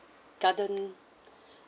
garden